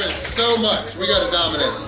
so much! we gotta dominate!